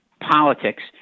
politics